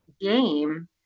game